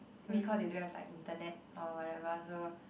because they don't have like internet or whatever so